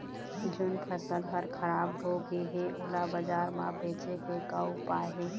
जोन फसल हर खराब हो गे हे, ओला बाजार म बेचे के का ऊपाय हे?